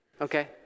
Okay